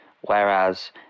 whereas